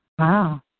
Wow